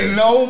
no